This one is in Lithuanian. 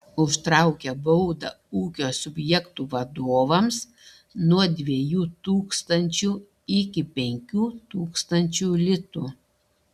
užtraukia baudą ūkio subjektų vadovams nuo dviejų tūkstančių iki penkių tūkstančių litų